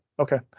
Okay